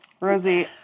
Rosie